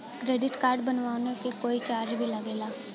Credit card बनवावे के कोई चार्ज भी लागेला?